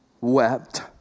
wept